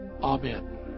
Amen